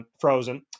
Frozen